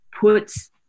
puts